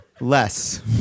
less